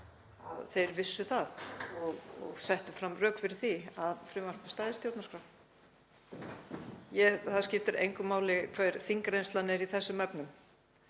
þeir vissu það og settu fram rök fyrir því að frumvarpið stæðist stjórnarskrá? Það skiptir engu máli hver þingreynslan er í þessum efnum